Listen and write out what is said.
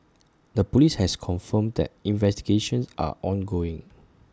the Police has confirmed that investigations are ongoing